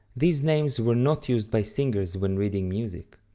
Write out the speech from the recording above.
these names were not used by singers when reading music.